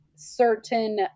certain